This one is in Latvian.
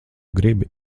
gribi